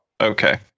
Okay